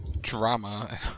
Drama